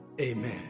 Amen